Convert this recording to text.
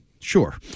Sure